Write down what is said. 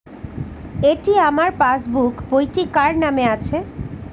এটি আমার পাসবুক বইটি কার নামে আছে?